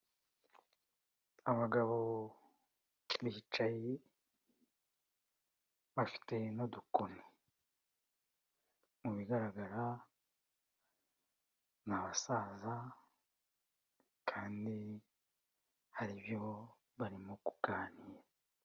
Abagabo bicaye, bafite n'udukoni, mu bigaragara ni abasaza kandi hari ibyo barimo kuganira.